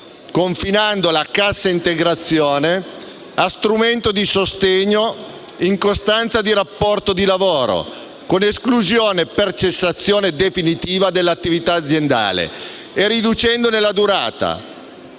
confinando la Cassa integrazione a strumento di sostegno in costanza di rapporto di lavoro, con esclusione per cessazione definitiva dell'attività aziendale e riducendone la durata.